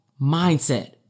mindset